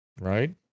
Right